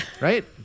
right